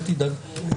אל תדאג.